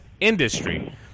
industry